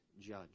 judge